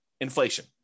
Inflation